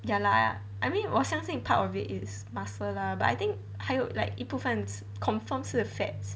ya lah I mean 我相信 part of it is muscle lah but I think 还有 like 一部份 confirm 是 fats